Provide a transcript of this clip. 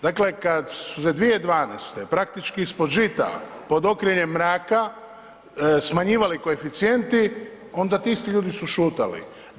Dakle, kad su se 2012. praktički ispod žita, pod okriljem mraka smanjivali koeficijenti, onda ti isti ljudi su šutjeli.